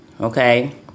Okay